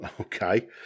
Okay